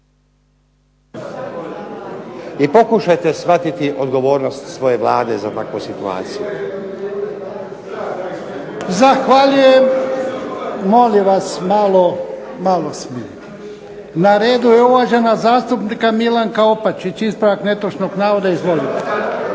i pokušajte shvatiti odgovornost svoje Vlade za takvu situaciju. **Jarnjak, Ivan (HDZ)** Zahvaljujem. Molim vas malo se smirite. Na redu je uvažena zastupnica Milanka Opačić, ispravak netočnog navoda. Izvolite.